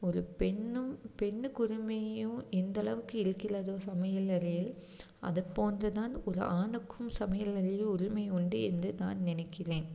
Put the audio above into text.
ஒரு பெண்ணும் பெண்ணுக்கு உரிமையும் எந்த அளவுக்கு இருக்கின்றதோ சமையல் அறையில் அதை போன்று தான் ஒரு ஆணுக்கும் சமையல் அறையில் உரிமை உண்டு என்று நான் நினைக்கிறேன்